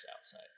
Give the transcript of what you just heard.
outside